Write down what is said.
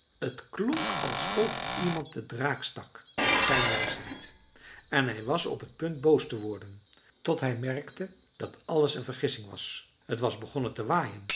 t klonk alsof iemand den draak stak met zijn wijsheid en hij was op t punt boos te worden tot hij merkte dat alles een vergissing was t was begonnen te waaien